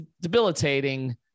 debilitating